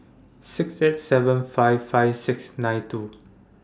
six eight seven five five six nine five